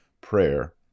prayer